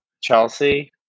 Chelsea